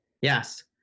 yes